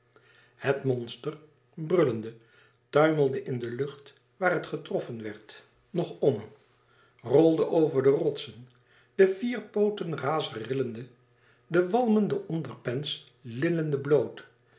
het monster brullende tuimelde in de lucht waar het getroffen werd nog om rolde over de rotsen de vier pooten razerillende de walmende onderpens lillende bloot